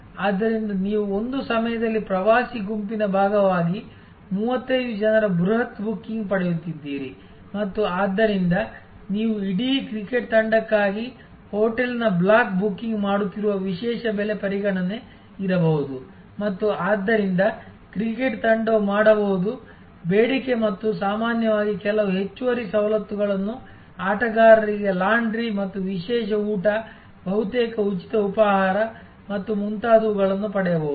ಆದ್ದರಿಂದ ನೀವು ಒಂದು ಸಮಯದಲ್ಲಿ ಪ್ರವಾಸಿ ಗುಂಪಿನ ಭಾಗವಾಗಿ 35 ಜನರ ಬೃಹತ್ ಬುಕಿಂಗ್ ಪಡೆಯುತ್ತಿದ್ದೀರಿ ಮತ್ತು ಆದ್ದರಿಂದ ನೀವು ಇಡೀ ಕ್ರಿಕೆಟ್ ತಂಡಕ್ಕಾಗಿ ಹೋಟೆಲ್ನ ಬ್ಲಾಕ್ ಬುಕಿಂಗ್ ಮಾಡುತ್ತಿರುವ ವಿಶೇಷ ಬೆಲೆ ಪರಿಗಣನೆ ಇರಬಹುದು ಮತ್ತು ಆದ್ದರಿಂದ ಕ್ರಿಕೆಟ್ ತಂಡವು ಮಾಡಬಹುದು ಬೇಡಿಕೆ ಮತ್ತು ಸಾಮಾನ್ಯವಾಗಿ ಕೆಲವು ಹೆಚ್ಚುವರಿ ಸವಲತ್ತುಗಳನ್ನು ಆಟಗಾರರಿಗೆ ಲಾಂಡ್ರಿ ಮತ್ತು ವಿಶೇಷ ಊಟ ಬಹುತೇಕ ಉಚಿತ ಉಪಹಾರ ಮತ್ತು ಮುಂತಾದವುಗಳನ್ನು ಪಡೆಯಬಹುದು